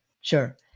Sure